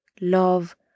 love